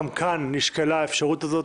גם כאן נשקלה האפשרות הזאת,